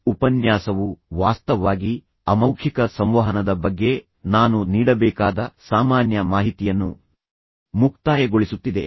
ಈ ಉಪನ್ಯಾಸವು ವಾಸ್ತವವಾಗಿ ಅಮೌಖಿಕ ಸಂವಹನದ ಬಗ್ಗೆ ನಾನು ನೀಡಬೇಕಾದ ಸಾಮಾನ್ಯ ಮಾಹಿತಿಯನ್ನು ಮುಕ್ತಾಯಗೊಳಿಸುತ್ತಿದೆ